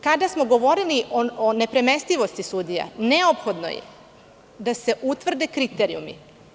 Kada smo govorili o nepremestivosti sudija neophodno je da se utvrde kriterijumi.